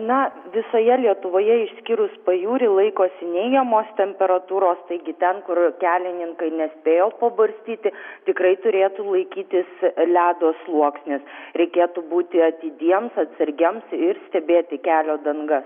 na visoje lietuvoje išskyrus pajūrį laikosi neigiamos temperatūros taigi ten kur kelininkai nespėjo pabarstyti tikrai turėtų laikytis ledo sluoksnis reikėtų būti atidiems atsargiems ir stebėti kelio dangas